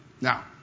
Now